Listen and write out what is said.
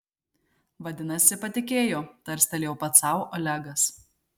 vadinasi patikėjo tarstelėjo pats sau olegas